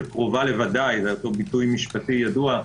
קרובה לוודאי זה אותו ביטוי משפטי ידוע,